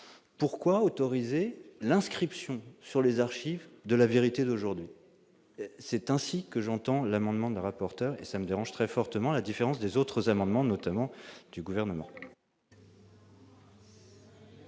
pourquoi autoriser l'inscription sur les archives de la vérité d'aujourd'hui, c'est ainsi que j'entends l'amendement de la rapporteure et ça me dérange très fortement à la différence des autres amendements notamment du gouvernement.